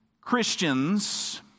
Christians